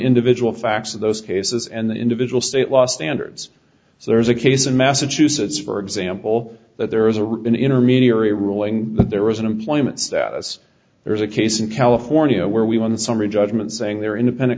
individual facts of those cases and the individual state law standards so there's a case in massachusetts for example that there is a written intermediary ruling that there was an employment status there is a case in california where we won summary judgment saying they're independent